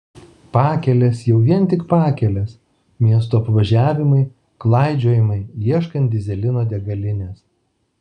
pakelės jau vien tik pakelės miestų apvažiavimai klaidžiojimai ieškant dyzelino degalinės